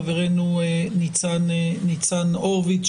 חברינו ניצן הורביץ,